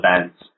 events